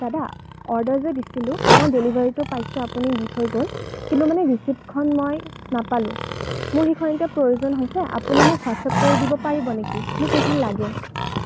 দাদা অৰ্ডাৰ যে দিছিলোঁ মই ডেলিভাৰীটো পাইছোঁ আপুনি দি থৈ গ'ল কিন্তু মানে ৰিচিটখন মই নাপালোঁ মোৰ সেইখন এতিয়া প্ৰয়োজন হৈছে আপুনি মোক হোৱাটছএপ কৰি দিব পাৰিব নেকি মোক সেইখন লাগে